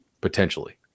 potentially